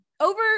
Over